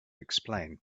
explain